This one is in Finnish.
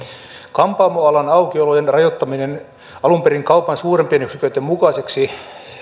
kampaamoalan aukiolojen rajoittaminen alun perin kaupan suurempien yksiköitten mukaiseksi